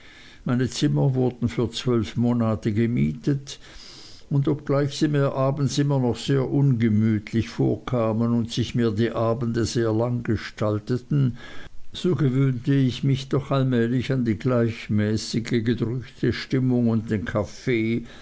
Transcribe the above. meine zimmer wurden für zwölf monate gemietet und obgleich sie mir abends immer noch sehr ungemütlich vorkamen und sich mir die abende sehr lang gestalteten so gewöhnte ich mich doch allmählich an die gleichmäßige gedrückte stimmung und den kaffee